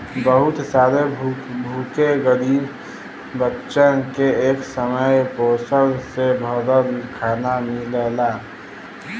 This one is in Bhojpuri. बहुत सारे भूखे गरीब बच्चन के एक समय पोषण से भरल खाना मिलला